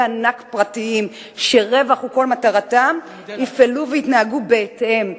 ענק פרטיים שרווח הוא כל מטרתם יפעלו וינהגו בהתאם,